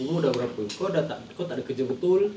umur dah berapa kau dah tak kau takde kerja betul